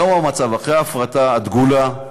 היום, אחרי ההפרטה הדגולה,